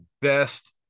best